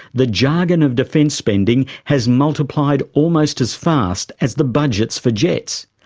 the jargon of defence spending has multiplied almost as fast as the budgets for jets.